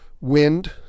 wind